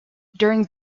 during